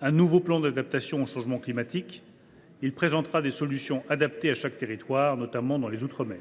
un nouveau plan d’adaptation au changement climatique, qui comportera des solutions adaptées à chaque territoire, notamment dans les outre mer.